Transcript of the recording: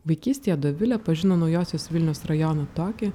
vaikystėje dovilė pažino naujosios vilnios rajoną tokį